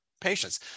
patients